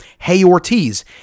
heyortiz